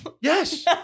yes